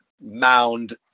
mound